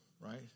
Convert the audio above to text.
right